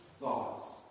thoughts